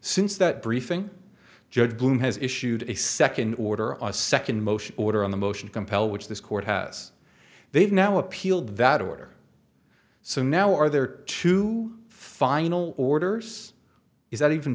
since that briefing judge bloom has issued a second order or a second motion order on the motion compel which this court has they've now appealed that order so now are there to final orders is that even